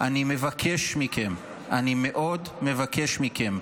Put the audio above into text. אני מבקש מכם, אני מאוד מבקש מכם,